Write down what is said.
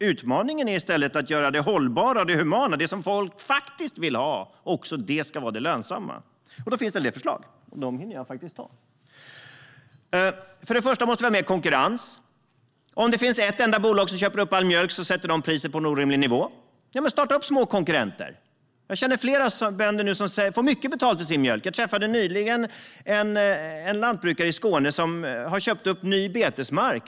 Utmaningen är i stället att göra det hållbara och det humana - det folk faktiskt vill ha - till det lönsamma. Då finns det en del förslag. Först och främst måste vi ha mer konkurrens. Om det finns ett enda bolag som köper upp all mjölk sätter de priset på en orimlig nivå. Starta små konkurrenter! Jag känner flera bönder som säger att de nu får mycket betalt för sin mjölk. Jag träffade nyligen en lantbrukare i Skåne som har köpt upp ny betesmark.